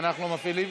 אנחנו מפעילים,